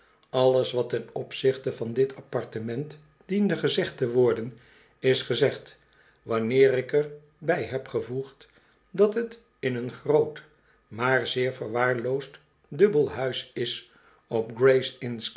alles wat ten opzichte van dit appartement diende gezegd te worden is gezegd wanneer ik er bij heb gevoegd dat liet in een groot maar zeer verwaarloosd dubbel huis is op